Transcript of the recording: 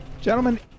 Gentlemen